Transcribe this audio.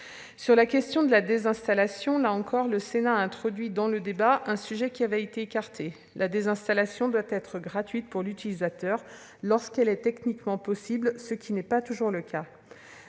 Sur la question de la désinstallation, là encore, le Sénat a introduit dans le débat un sujet qui avait été mis de côté. La désinstallation doit être gratuite pour l'utilisateur lorsqu'elle est techniquement possible, ce qui n'est pas toujours le cas.